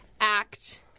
act